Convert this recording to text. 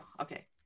Okay